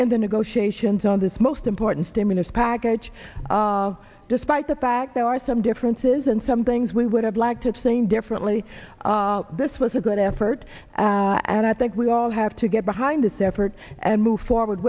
in the negotiations on this most important stimulus package despite the fact there are some differences and some things we would have liked to explain differently this was a good effort and i think we all have to get behind this effort and move forward